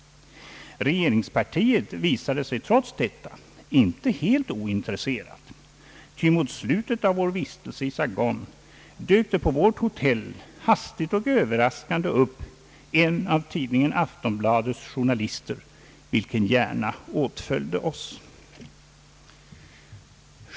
Regeringspartiet visade sig trots detta inte helt ointresserat, ty mot slutet av vår vistelse i Saigon dök på vårt hotell hastigt och överraskande upp en av tidningen Aftonbladets journalister, vilken gärna åtföljde oss.